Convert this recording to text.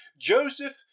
Joseph